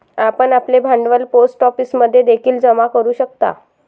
आपण आपले भांडवल पोस्ट ऑफिसमध्ये देखील जमा करू शकता